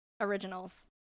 originals